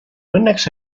õnneks